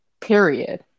period